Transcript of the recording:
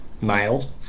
male